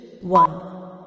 one